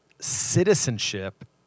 citizenship